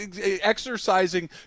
exercising